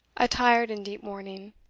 attired in deep mourning